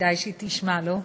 כדאי שהיא תשמע, לא?